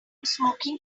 smoking